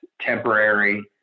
temporary